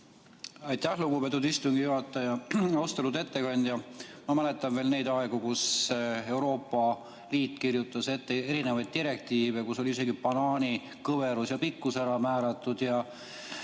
Aitäh, lugupeetud istungi juhataja! Austatud ettekandja! Ma mäletan veel neid aegu, kui Euroopa Liit kirjutas ette erinevaid direktiive, kus oli isegi banaani kõverus ja pikkus ära määratud.